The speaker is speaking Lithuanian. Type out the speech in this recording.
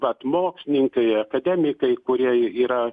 vat mokslininkai akademikai kurie yra